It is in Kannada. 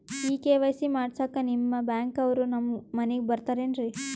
ಈ ಕೆ.ವೈ.ಸಿ ಮಾಡಸಕ್ಕ ನಿಮ ಬ್ಯಾಂಕ ಅವ್ರು ನಮ್ ಮನಿಗ ಬರತಾರೆನ್ರಿ?